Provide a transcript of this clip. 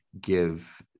give